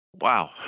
Wow